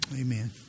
Amen